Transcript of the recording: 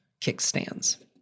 kickstands